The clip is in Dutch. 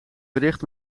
bericht